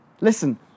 Listen